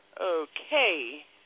Okay